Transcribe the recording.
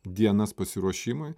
dienas pasiruošimui